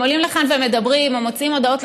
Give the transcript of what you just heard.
עולים לכאן ומדברים ומוציאים הודעות לתקשורת,